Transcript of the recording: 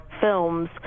films